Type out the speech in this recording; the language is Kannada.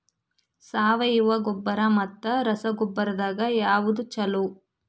ಸಾವಯವ ಗೊಬ್ಬರ ಮತ್ತ ರಸಗೊಬ್ಬರದಾಗ ಯಾವದು ಛಲೋ?